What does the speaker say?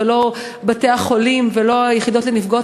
ולא בתי-החולים ולא היחידות לנפגעות